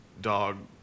dog